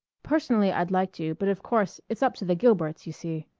personally i'd like to, but of course it's up to the gilberts, you see.